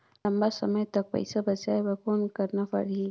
लंबा समय तक पइसा बचाये बर कौन करना पड़ही?